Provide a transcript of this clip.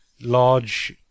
large